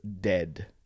dead